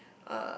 uh